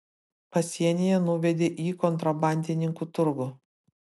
pasienyje nuvedė į kontrabandininkų turgų